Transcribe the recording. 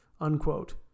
Unquote